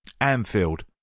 Anfield